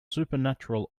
supernatural